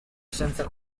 senza